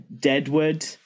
Deadwood